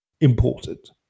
important